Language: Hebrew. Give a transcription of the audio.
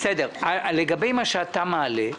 לגבי מה שאתה מעלה,